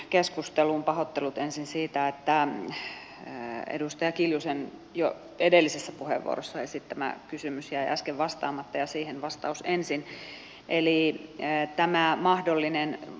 pahoittelut ensin siitä että edustaja kiljusen jo edellisessä puheenvuorossa esittämään kysymykseen jäi äsken vastaamatta joten siihen vastaus ensin